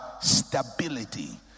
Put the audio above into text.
stability